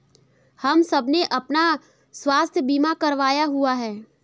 हम सबने अपना स्वास्थ्य बीमा करवाया हुआ है